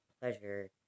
pleasure